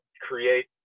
create